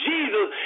Jesus